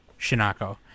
Shinako